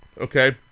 Okay